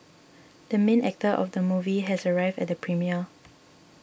the main actor of the movie has arrived at the premiere